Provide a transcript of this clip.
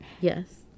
Yes